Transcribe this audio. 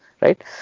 right